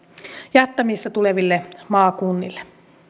jättämistä tuleville maakunnille